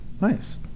nice